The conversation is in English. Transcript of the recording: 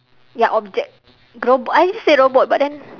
ya object robot I said robot but then